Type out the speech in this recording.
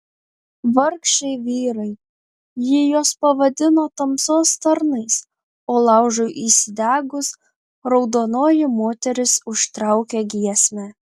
vargšai vyrai ji juos pavadino tamsos tarnais o laužui įsidegus raudonoji moteris užtraukė giesmę